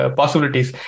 possibilities